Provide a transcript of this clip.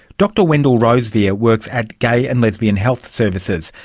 dr wendell rosevear works at gay and lesbian health services,